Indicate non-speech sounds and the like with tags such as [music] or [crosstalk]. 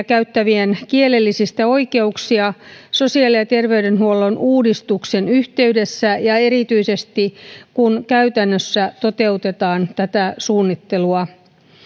[unintelligible] käyttävien kielellisistä oikeuksista sosiaali ja terveydenhuollon uudistuksen yhteydessä ja erityisesti kun käytännössä toteutetaan tätä suunnittelua